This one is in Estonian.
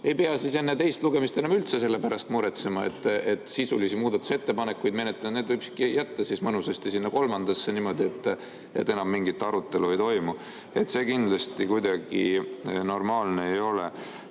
Ei pea siis enne teist lugemist enam üldse selle pärast muretsema, et sisulisi muudatusettepanekuid menetleda. Need võikski jätta siis mõnusasti sinna kolmandale [lugemisele], niimoodi, et enam mingit arutelu ei toimu. See kindlasti kuidagi normaalne ei